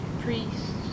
priests